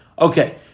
Okay